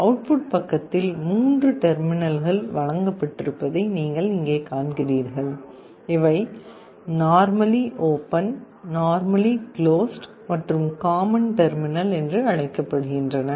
output பக்கத்தில் மூன்று டெர்மினல்கள் வழங்கப்பட்டிருப்பதை நீங்கள் காண்கிறீர்கள் இவை நார்மலி ஓப்பன் நார்மலி குளோஸ்டு மற்றும் காமன் டெர்மினல் என்று அழைக்கப்படுகின்றன